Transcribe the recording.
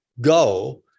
go